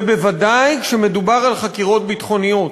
ובוודאי כשמדובר על חקירות ביטחוניות.